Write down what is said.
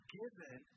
given